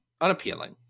unappealing